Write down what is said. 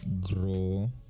grow